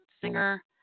singer